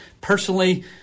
Personally